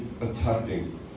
attacking